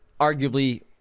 arguably